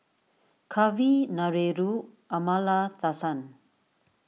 Kavignareru Amallathasan